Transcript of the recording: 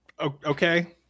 okay